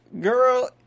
girl